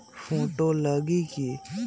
Photo लगी कि?